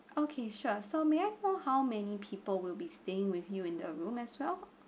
okay sure so may I know how many people will be staying with you in the room as well